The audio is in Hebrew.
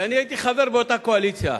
כשאני הייתי חבר באותה קואליציה,